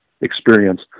experience